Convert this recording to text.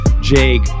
Jake